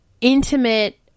intimate